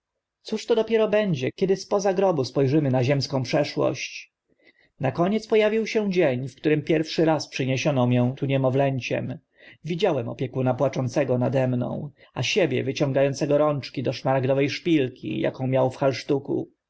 to dopiero będzie kiedy spoza grobu spo rzymy na ziemską przeszłość na koniec po awił się dzień w którym pierwszy raz przyniesiono mię tu niemowlęciem widziałem opiekuna płaczącego nade mną a siebie wyciąga ącego rączki do szmaragdowe szpilki aką miał w halsztuku